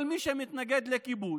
כל מי שמתנגד לכיבוש,